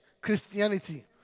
Christianity